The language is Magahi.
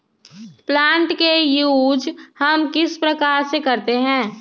प्लांट का यूज हम किस प्रकार से करते हैं?